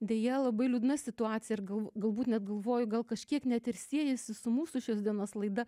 deja labai liūdna situacija ir gal galbūt net galvoju gal kažkiek net ir siejasi su mūsų šios dienos laida